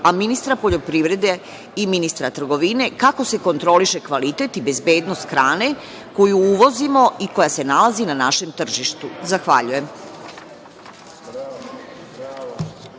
a ministra poljoprivrede i ministra trgovine - kako se kontroliše kvalitet i bezbednost hrane koju uvozimo i koja se nalazi na našem tržištu? Zahvaljujem.